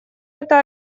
это